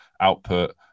output